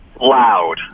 loud